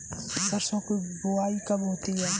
सरसों की बुआई कब होती है?